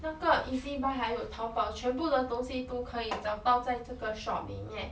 那个 ezbuy 还有 tao bao 全部的东西都可以找到在这个 shop 里面